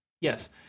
Yes